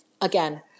again